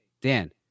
Dan